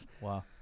Wow